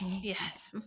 Yes